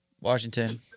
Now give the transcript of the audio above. Washington